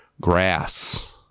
grass